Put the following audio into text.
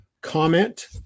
comment